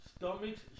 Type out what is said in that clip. Stomachs